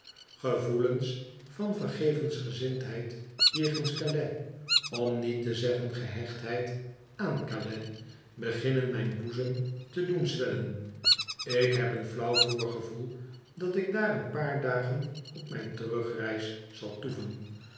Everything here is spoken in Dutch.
van vergevensgezindheid jegens calais om niet te zeggen gehechtheid aan cal ais beginnen mijn boezem te doen zwellen ik heb een flauw voorgevoel dat ik daar een paar dagen op mijn terugreis zal toeven